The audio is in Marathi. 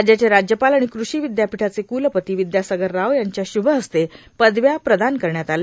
राज्याचे राज्यपाल आणि कृषि विद्यापीठाचे क्लपती विद्यासागर राव यांच्या श्भहस्ते पदव्या प्रदान करण्यात आल्या